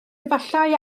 efallai